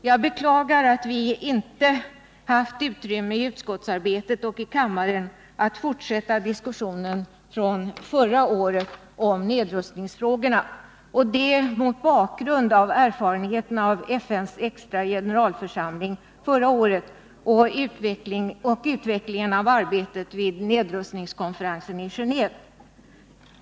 Jag beklagar att vi i utskottsarbetet och i kammaren inte har haft utrymme att fortsätta diskussionen från förra året om nedrustningsfrågorna och nu mot bakgrund av erfarenheterna från FN:s extra generalförsamling förra året och den senaste utvecklingen av arbetet vid nedrustningskonferensen i Genéve.